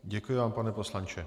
Děkuji vám, pane poslanče.